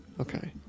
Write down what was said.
Okay